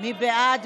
מי בעד?